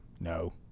No